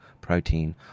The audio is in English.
protein